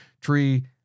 tree